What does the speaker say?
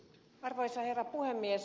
arvoisa herra puhemies